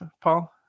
Paul